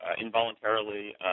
involuntarily